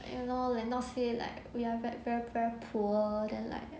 you know like not say like we are very very very poor then like